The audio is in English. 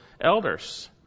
elders